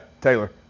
Taylor